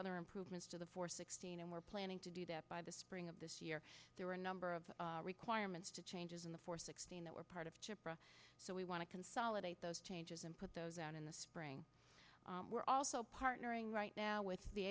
other improvements to the four sixteen and we're planning to do that by the spring of this year there are a number of requirements to changes in the four sixteen that were part of chip so we want to consolidate those changes and put those out in the spring we're also partnering right now with the